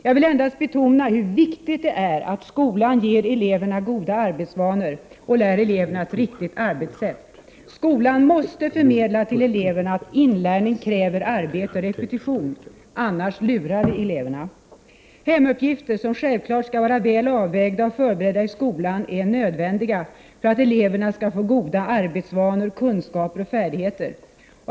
Jag vill endast betona hur viktigt det är att skolan ger eleverna goda arbetsvanor och lär dem ett riktigt arbetssätt. Skolan måste förmedla till eleverna att inlärning kräver arbete och repetition. Annars lurar vi dem. Hemuppgifter, som givetvis skall vara väl avvägda och förberedda i skolan, är nödvändiga för att eleverna skall få goda arbetsvanor, kunskaper och färdigheter.